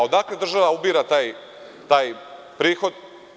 Odakle država ubira taj prihod?